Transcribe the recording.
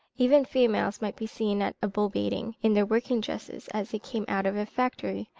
even females might be seen at a bull-baiting, in their working dresses as they came out of a factory,